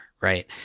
Right